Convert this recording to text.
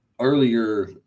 earlier